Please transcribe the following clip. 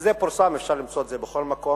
וזה פורסם, אפשר למצוא את זה בכל מקום,